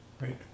Right